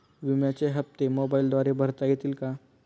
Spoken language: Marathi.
विम्याचे हप्ते मोबाइलद्वारे भरता येतील का?